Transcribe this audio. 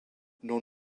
non